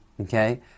Okay